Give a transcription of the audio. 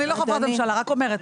אני לא חברת ממשלה, רק אומרת.